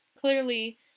clearly